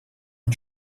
und